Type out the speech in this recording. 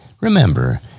Remember